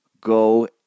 go